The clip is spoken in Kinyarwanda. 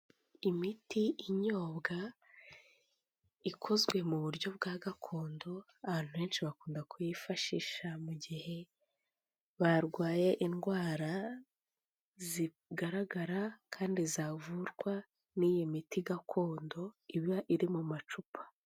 Imiti inyobwa ikozwe mu buryo bwa gakondo, abantu benshi bakunda kuyifashisha mu gihe barwaye indwara zigaragara kandi zavurwa n'iyi miti gakondo iba iri mu macupa.